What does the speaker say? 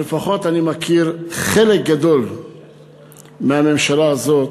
ולפחות אני מכיר חלק גדול מהממשלה הזאת,